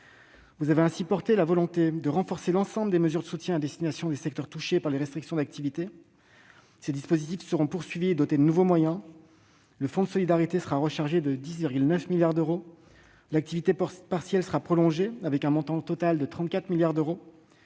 les débats, porté la volonté de renforcer l'ensemble des mesures de soutien à destination des secteurs touchés par les restrictions d'activité. Ces dispositifs seront poursuivis et dotés de nouveaux moyens. Ainsi, le fonds de solidarité sera rechargé de 10,9 milliards d'euros. L'activité partielle sera prolongée, ce qui portera son montant total à 34 milliards d'euros.